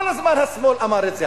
כל הזמן השמאל אמר את זה,